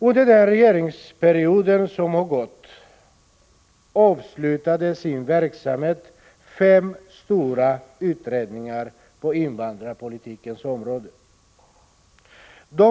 Under den regeringsperiod som har gått avslutade fem stora utredningar på invandrarpolitikens område sin verksamhet.